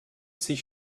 sich